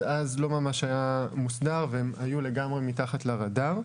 אז לא ממש היה מוסדר והם היו לגמרי מתחת לרדאר.